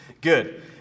Good